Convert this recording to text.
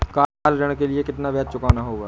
Car ऋण के लिए कितना ब्याज चुकाना होगा?